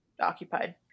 occupied